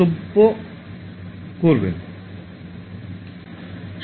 এবং বাল্বগুলি ব্যবহারের ক্ষেত্রে কম শক্তির বাল্বগুলি ব্যবহার করুন